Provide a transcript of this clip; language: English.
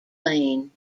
lane